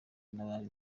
n’abandi